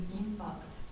impact